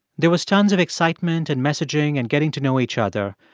there was tons of excitement and messaging and getting to know each other,